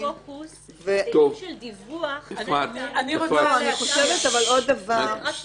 --- לשים את הפוקוס ב- -- של דיווח -- אני חושבת עוד דבר.